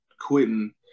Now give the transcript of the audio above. quitting